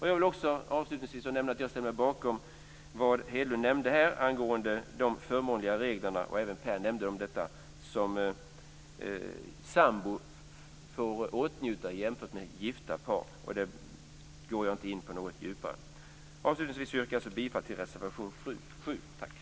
Jag vill också avslutningsvis säga att jag ställer mig bakom det Hedlund nämnde angående de förmånliga regler som sambor, till skillnad från gifta par, får åtnjuta. Även Per nämnde detta. Jag går inte in på det djupare. Avslutningsvis yrkar jag alltså bifall till reservation 7.